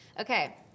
Okay